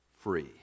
free